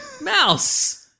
Mouse